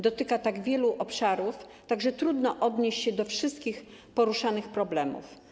Dotyka tak wielu obszarów, że trudno odnieść się do wszystkich poruszanych problemów.